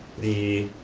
the